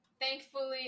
thankfully